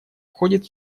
входит